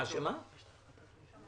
מה אתה אומר?